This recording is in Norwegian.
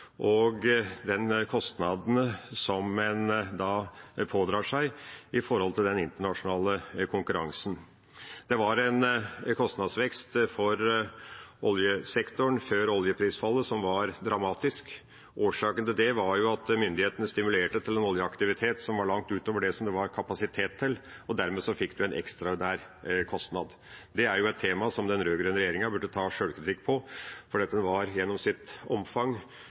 og miljø og de kostnadene som en pådrar seg i forhold til den internasjonale konkurransen. Det var en kostnadsvekst for oljesektoren før oljeprisfallet som var dramatisk. Årsaken var at myndighetene stimulerte til en oljeaktivitet som var langt utover det som det var kapasitet til. Dermed ga det en ekstra kostnad. Det er et tema som den rød-grønne regjeringa burde ta sjølkritikk på, for den var gjennom sitt omfang